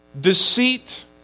Deceit